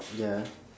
ya